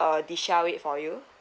uh deshell it for you